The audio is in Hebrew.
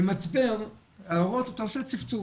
במצבר ואורות אתה עושה צפצוף,